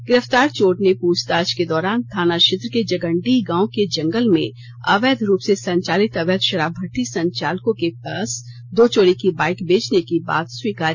गिरफ्तार चोर ने पूछताछ के दौरान थाना क्षेत्र के जगनडीह गांव के जंगल में अवैध रूप से संचालित अवैध शराब भट्टी संचालकों के पास दो चोरी की बाइक बेचने की बात स्वीकारी